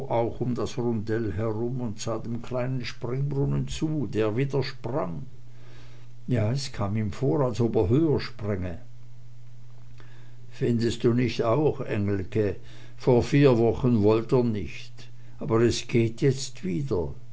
auch um das rundell herum und sah dem kleinen springbrunnen zu der wieder sprang ja es kam ihm vor als ob er höher spränge findest du nich auch engelke vor vier wochen wollt er nich aber es geht jetzt wieder